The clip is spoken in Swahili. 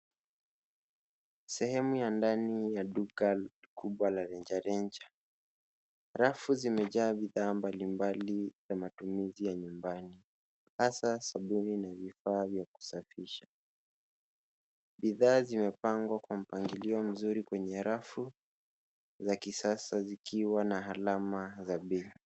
Sehemu ya ndani ya duka kubwa la rejareja. Rafu zimejaa bidhaa mbalimbali za matumizi ya nyumbani, hasaa sabuni na vifaa vya kusafisha. Bidhaa zimepangwa kwa mpangilio mzuri kwenye rafu za kisasa zikiwa na alama za bei.